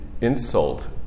insult